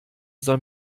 soll